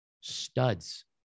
Studs